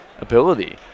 ability